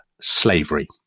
slavery